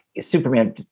Superman